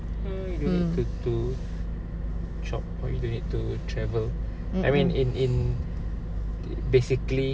mm you don't need to to shop or you don't need to travel I mean in in basically